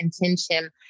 intention